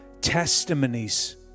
testimonies